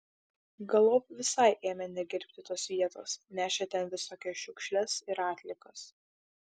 galop visai ėmė negerbti tos vietos nešė ten visokias šiukšles ir atliekas